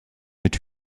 mit